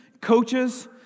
coaches